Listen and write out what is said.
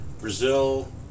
Brazil